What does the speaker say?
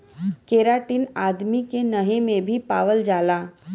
keratin आदमी के नहे में भी पावल जाला